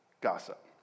gossip